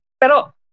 pero